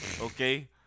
Okay